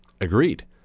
Agreed